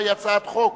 הצעת חוק